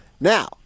Now